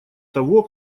того